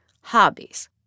hobbies